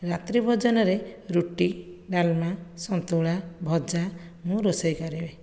ରାତ୍ରି ଭୋଜନରେ ରୁଟି ଡାଲମା ସନ୍ତୁଳା ଭଜା ମୁଁ ରୋଷେଇ କରିବି